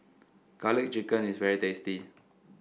garlic chicken is very tasty